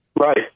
Right